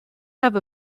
have